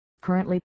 Currently